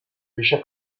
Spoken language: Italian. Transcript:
brescia